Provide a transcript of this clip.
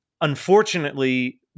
unfortunately